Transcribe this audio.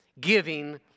Giving